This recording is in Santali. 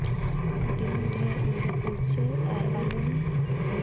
ᱫᱤᱱ ᱨᱮ ᱤᱧᱫᱚ ᱠᱩᱲᱪᱟᱹ ᱟᱨ ᱟᱹᱞᱩᱧ